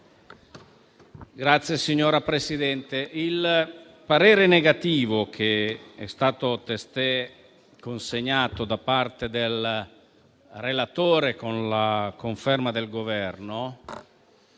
il parere negativo che è stato testé consegnato da parte del relatore con la conferma del Governo